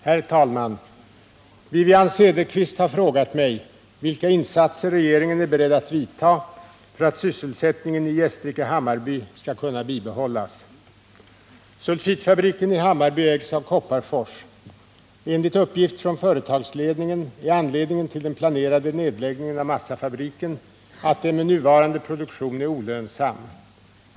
Herr talman! Wivi-Anne Cederqvist har frågat mig vilka insatser regeringen är beredd att vidtaga för att sysselsättningen i Gästrike-Hammarby skall kunna bibehållas. Sulfitfabriken i Hammarby ägs av Kopparfors AB. Enligt uppgift från företagsledningen är anledningen till den planerade nedläggningen av massafabriken att den med nuvarande produktion är olönsam.